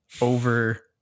over